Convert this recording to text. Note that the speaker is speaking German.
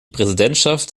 präsidentschaft